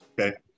okay